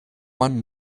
man